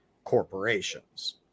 corporations